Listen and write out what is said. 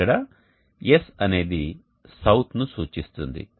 ఇక్కడ S అనేది SOUTH ను సూచిస్తుంది